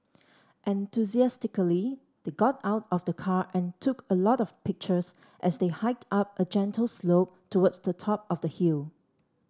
enthusiastically they got out of the car and took a lot of pictures as they hiked up a gentle slope towards the top of the hill